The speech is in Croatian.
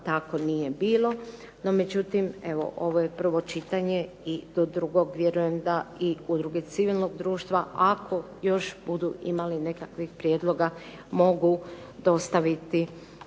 tako nije bilo. No međutim, evo ovo je prvo čitanje i do drugog vjerujem da i udruge civilnog društva ako još budu imali nekakvih prijedloga mogu dostaviti